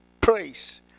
Praise